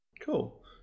Cool